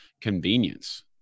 convenience